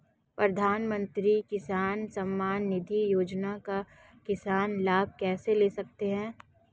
प्रधानमंत्री किसान सम्मान निधि योजना का किसान लाभ कैसे ले सकते हैं?